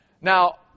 Now